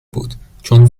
بود، چون